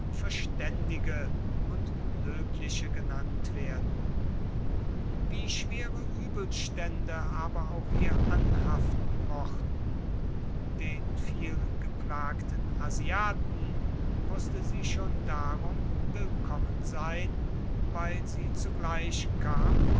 verständige und löbliche genannt werden wie schwere übelstände aber auch ihr anhaften mochten den vielgeplagten asiaten mußte sie schon darum willkommen sein weil sie zugleich kam